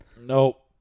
Nope